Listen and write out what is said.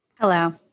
Hello